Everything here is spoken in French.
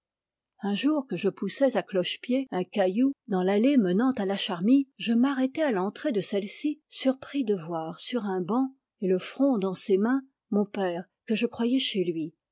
un jour que je poussais à cloche-pied un caillou dans l'allée menant à la charmille je m'arrêtai à l'entrée de celle-ci surpris de voir sur un banc et le front dans ses mains mon père que je croyais chez lui